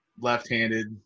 left-handed